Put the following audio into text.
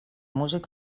músic